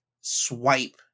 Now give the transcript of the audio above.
swipe